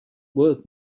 worth